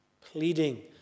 Pleading